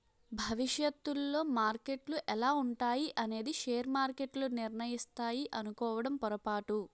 భవిష్యత్తులో మార్కెట్లు ఎలా ఉంటాయి అనేది షేర్ మార్కెట్లు నిర్ణయిస్తాయి అనుకోవడం పొరపాటు